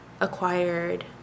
acquired